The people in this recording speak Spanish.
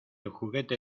juguete